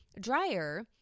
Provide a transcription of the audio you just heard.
dryer